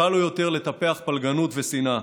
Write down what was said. קל לו יותר לטפח פלגנות ושנאה,